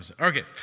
okay